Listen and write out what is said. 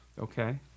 Okay